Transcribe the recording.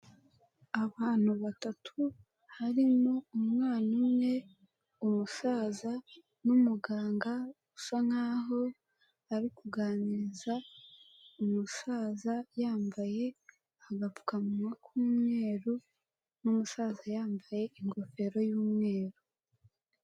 Abantu batatu, harimo umwana umwe, umusaza n'umuganga, usa nkaho ari kuganiriza umusaza, yambaye agapfukamunwa k'umweru, n'umusaza yambaye ingofero y'umweru.